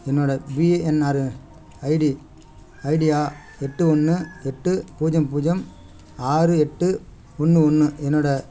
என்னோடய PNR ID idea எட்டு ஒன்று எட்டு பூஜ்ஜியம் பூஜ்ஜியம் ஆறு எட்டு ஒன்று ஒன்று என்னோடய